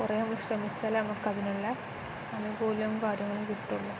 കുറേ ശ്രമിച്ചാൽ നമുക്കതിനുള്ള ആനുകൂല്യം കാര്യങ്ങളും കിട്ടുകയുള്ളൂ